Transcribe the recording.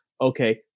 Okay